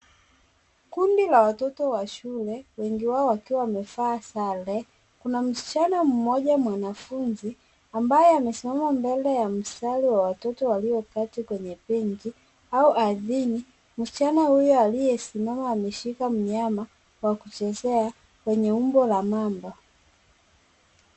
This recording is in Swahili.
Kundi la watoto wa shule wengi wao wakiwa wamevaa sare. Kuna msichana mmoja mwanafunzi ambaye amesimama mbele ya mstari wa watoto walioketi kwenye benji au ardhini. Msichana huyo aliyesimama ameshika mnyama wa kuchezea mwenye umbo la mamba.